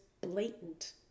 blatant